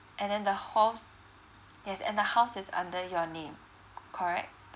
and then the house yes and the house is under your name correct